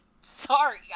Sorry